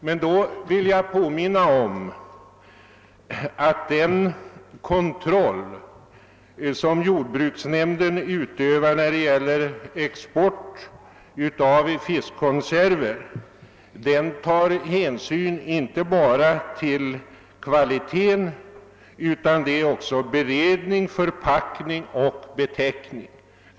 Men jag vill erinra om att den kontroll som jordbruksnämnden utövar när det gäller export av fiskkonserver tar hänsyn inte bara till kvalitén utan också till beredning, förpackning och beteckning.